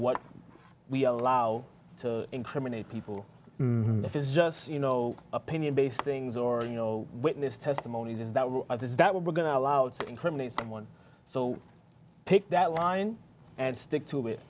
what we allow to incriminate people if it's just you know opinion based things or you know witness testimony is that is that what we're going to allow to incriminate someone so pick that line and stick to it